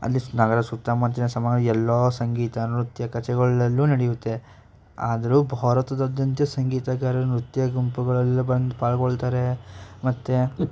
ಅಲ್ಲಿ ನಗರ ಸುತ್ತಮುತ್ತಲಿನ ಎಲ್ಲೋ ಸಂಗೀತ ನೃತ್ಯ ಕಚೇರಿಗಳಲ್ಲೂ ನಡೆಯುತ್ತೆ ಆದರೂ ಭಾರತದಾದ್ಯಂತ ಸಂಗೀತಗಾರರು ನೃತ್ಯ ಗುಂಪುಗಳೆಲ್ಲ ಬಂದು ಪಾಲ್ಗೊಳ್ತಾರೆ ಮತ್ತು